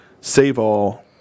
save-all